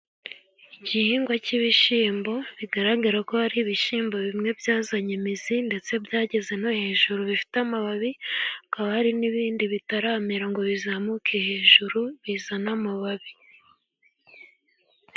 Igihingwa cy'ibishyimbo bigaragara ko hari ibishyimbo bimwe byazanye imizi ndetse byageze no hejuru bifite amababi, hakaba hari n'ibindi bitaramera ngo bizamuke hejuru bizane amababi.